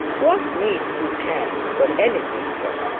what need you care for any people